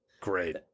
Great